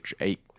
eight